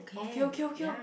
okay okay okay